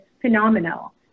phenomenal